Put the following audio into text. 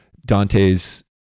Dante's